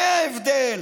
זה ההבדל